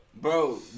Bro